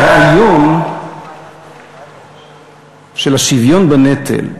הרעיון של השוויון בנטל,